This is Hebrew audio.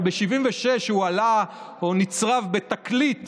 אבל ב-1976 הוא עלה או נצרב בתקליט